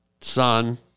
son